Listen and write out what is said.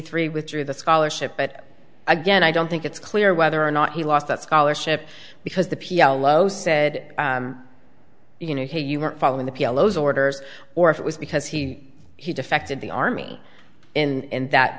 three withdrew the scholarship but again i don't think it's clear whether or not he lost that scholarship because the p l o said you know hey you weren't following the p l o is orders or if it was because he he defected the army in that